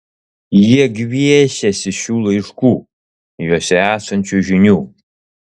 jie gviešiasi šių laiškų juose esančių žinių